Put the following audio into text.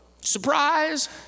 Surprise